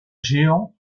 géant